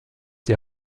die